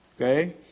Okay